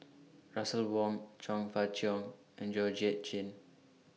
Russel Wong Chong Fah Cheong and Georgette Chen